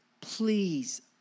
please